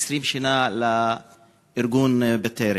20 שנה לארגון "בטרם".